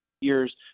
Years